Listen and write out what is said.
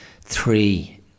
three